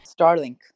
Starlink